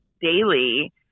daily